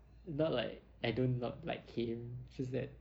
not like I don't not like him just that